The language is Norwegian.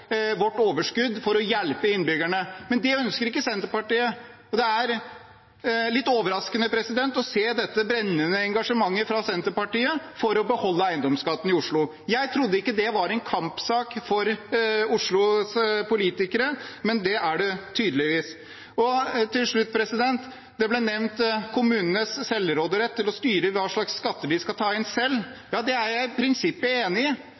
vårt overskudd for å hjelpe innbyggerne. Men det ønsker ikke Senterpartiet, og det er litt overraskende å se dette brennende engasjementet fra Senterpartiet for å beholde eiendomsskatten i Oslo. Jeg trodde ikke det var en kampsak for Oslos politikere, men det er det tydeligvis. Til slutt: Det ble nevnt kommunenes selvråderett til å styre hva slags skatter de skal ta inn. Det er jeg i prinsippet enig i.